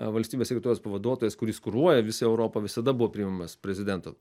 valstybės sekretoriaus pavaduotojas kuris kuruoja visą europą visada buvo priimamas prezidento